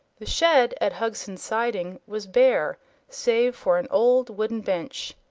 the shed at hugson's siding was bare save for an old wooden bench,